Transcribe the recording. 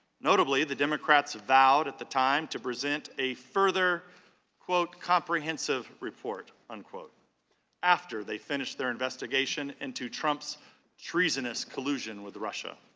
notably, the democrats vowed at the time to present a further comprehensive report and after they finished their investigation into trump's treasonous collusion with russia.